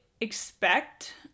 expect